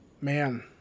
Man